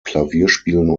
klavierspielen